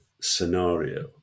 scenario